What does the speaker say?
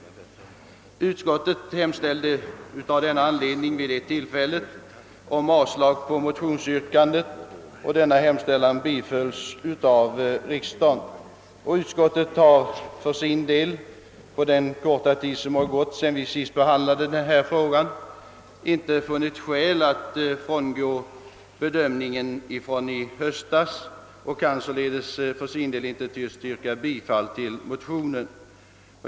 Vid detta tillfälle hemställde utskottet av den anledningen om avslag på motionsyrkandet och denna hemställan bifölls av riksdagen. Utskottet har för sin del under den korta tid som gått sedan vi senast behandlade frågan inte funnit skäl att frångå bedömningen i höstas och kan således inte tillstyrka motionen. Herr talman!